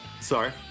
Sorry